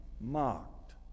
mocked